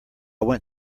went